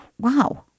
wow